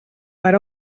per